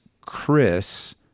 Chris